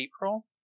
April